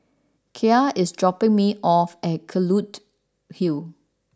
Kaia is dropping me off at Kelulut Hill